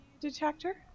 detector